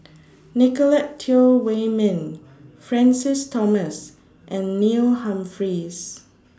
Nicolette Teo Wei Min Francis Thomas and Neil Humphreys